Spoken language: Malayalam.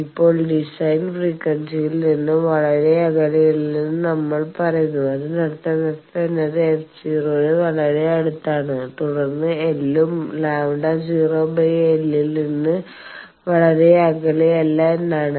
ഇപ്പോൾ ഡിസൈൻ ഫ്രീക്വൻസിയിൽ നിന്ന് വളരെ അകലെയല്ലെന്ന് നമ്മൾ പറയുന്നു അതിനർത്ഥം f എന്നത് f0 ന് വളരെ അടുത്താണ് തുടർന്ന് l ഉം λ0 4 ൽ നിന്ന് വളരെ അകലെയല്ല എന്നാണ്